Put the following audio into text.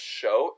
show